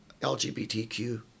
LGBTQ